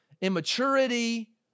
immaturity